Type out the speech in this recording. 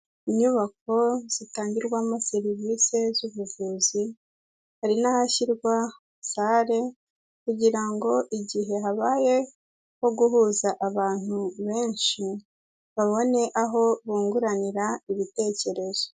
Inyubako zitangirwamo serivisi z'ubuvuzi, hari n'ahashyirwa sare kugira ngo igihe habaye nko guhuza abantu benshi, babone aho bunguranira ibitekerezo.